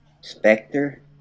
Spectre